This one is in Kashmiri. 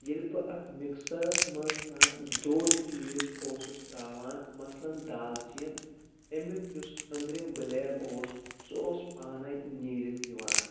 ییٚلہِ بہٕ اَتھ مِکسَرَس منٛز کانٛہہ دوٚڑ چیٖز اوسُس ترٛاوان مَثلن دالچیٖن ایٚمیُک یُس أنٛدرِم بٕلیٚڈ اوس سُہ اوس پانَے نیٖرِتھ یِوان